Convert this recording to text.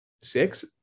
six